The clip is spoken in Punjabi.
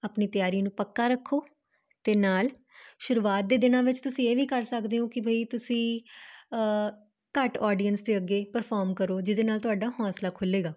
ਆਪਣੀ ਤਿਆਰੀ ਨੂੰ ਪੱਕਾ ਰੱਖੋ ਅਤੇ ਨਾਲ ਸ਼ੁਰੂਆਤ ਦੇ ਦਿਨਾਂ ਵਿੱਚ ਤੁਸੀਂ ਇਹ ਵੀ ਕਰ ਸਕਦੇ ਹੋ ਕਿ ਬਈ ਤੁਸੀਂ ਘੱਟ ਆਡੀਅੰਸ ਦੇ ਅੱਗੇ ਪਰਫੋਰਮ ਕਰੋ ਜਿਹਦੇ ਨਾਲ ਤੁਹਾਡਾ ਹੌਂਸਲਾ ਖੁੱਲ੍ਹੇਗਾ